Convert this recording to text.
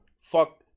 Fuck